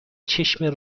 چشم